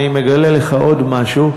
אני מגלה לך עוד משהו,